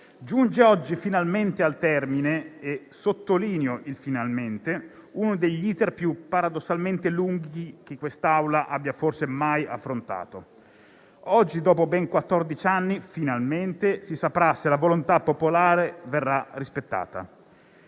giunge oggi finalmente al termine - e sottolineo il "finalmente" - uno degli *iter* più paradossalmente lunghi che questa Assemblea abbia forse mai affrontato. Oggi, dopo ben quattordici anni, finalmente si saprà se la volontà popolare verrà rispettata.